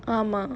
ah mah